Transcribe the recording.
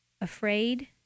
afraid